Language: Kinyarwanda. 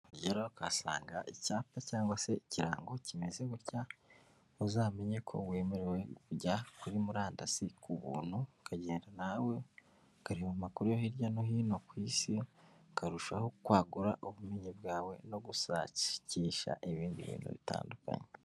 Rero ukahasanga icyapa cyangwa se ikirango kimeze gutya uzamenye ko wemerewe kujya kuri murandasi ku ubuntu, ukagenda nawe ukareba amakuru yo hirya no hino ku isi, ukarushaho kwagura ubumenyi bwawe no gusakisha ibindi bintu bitandukanye.